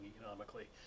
economically